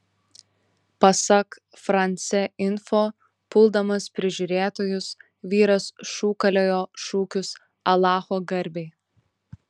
pasak france info puldamas prižiūrėtojus vyras šūkaliojo šūkius alacho garbei